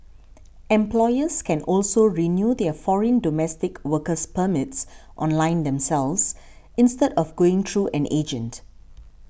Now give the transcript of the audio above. employers can also renew their foreign domestic worker permits online themselves instead of going through an agent